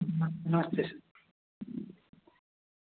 नमस्ते सर